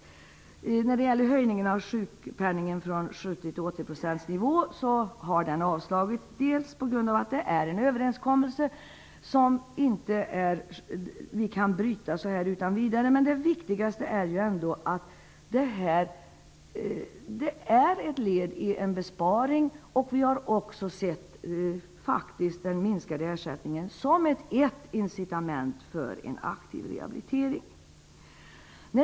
Yttrandet om en höjning av sjukpenningen från 70 till 80-procentsnivå har avstyrkts, dels på grund av att vi inte kan bryta överenskommelsen utan vidare, dels på grund av att sänkningen är ett led i en besparing. Vi har faktiskt sett den minskade ersättningen som ett av flera incitament för en aktiv rehabilitering.